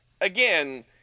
again